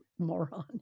moron